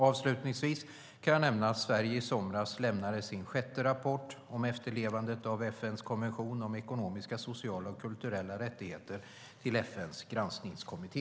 Avslutningsvis kan jag nämna att Sverige i somras lämnade sin sjätte rapport om efterlevandet av FN:s konvention om ekonomiska, sociala och kulturella rättigheter till FN:s granskningskommitté.